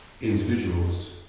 individuals